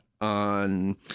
on